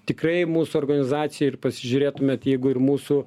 tikrai mūsų organizacijoj ir pasižiūrėtumėt jeigu ir mūsų